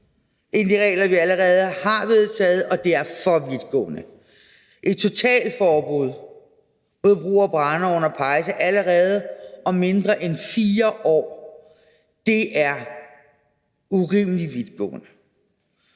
end de regler, vi allerede har vedtaget, og det er for vidtgående. Et totalforbud mod brug af brændeovne og pejse om allerede mindre end 4 år er urimelig vidtgående,